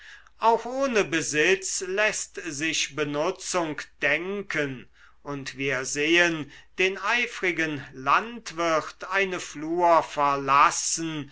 auch ohne besitz läßt sich benutzung denken und wir sehen den eifrigen landwirt eine flur verlassen